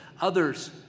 Others